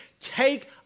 take